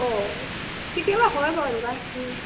অঁ কেতিয়াবা হয় বাৰু এনেকুৱা